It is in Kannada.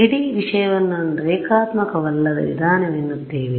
ಆದ್ದರಿಂದ ಇಡೀ ವಿಷಯವನ್ನು ನಾನು ರೇಖಾತ್ಮಕವಲ್ಲದ ವಿಧಾನವೆನ್ನುತ್ತೇವೆ